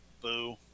Boo